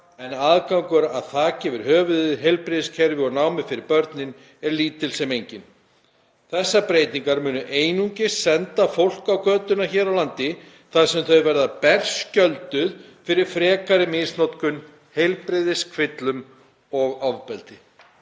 en aðgangur að þaki yfir höfuðið, heilbrigðiskerfi og námi fyrir börnin er lítill sem enginn. Þessar breytingar munu einungis senda fólk á götuna hér á landi þar sem þau verða berskjölduð fyrir frekari misnotkun, heilbrigðiskvillum og ofbeldi.“